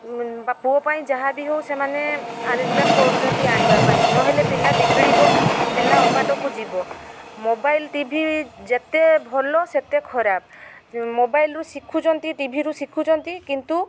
ପୁଅ ପାଇଁ ଯାହାବି ହଉ ସେମାନେ ଆରେଜମେଣ୍ଟ୍ କରୁଛନ୍ତି ଆଣିବା ପାଇଁ ନହେଲେ ପିଲା ବିଗିଡ଼ିବ ପିଲା ଅବାଟକୁ ଯିବ ମୋବାଇଲ୍ ଟି ଭି ଯେତେ ଭଲ ସେତେ ଖରାପ ମୋବାଇଲ୍ରୁ ଶିଖୁଛନ୍ତି ଟିଭିରୁ ଶିଖୁଛନ୍ତି କିନ୍ତୁ